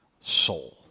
soul